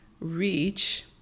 reach